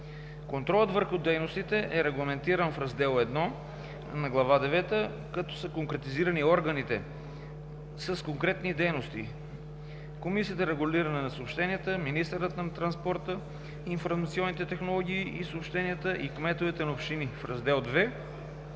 Контролът върху дейностите е регламентиран в Раздел I на Глава девета, като са конкретизирани органите с конкретни дейности – Комисията за регулиране на съобщенията, министърът на транспорта, информационните технологии и съобщенията и кметовете на общини. В Раздел II са предложени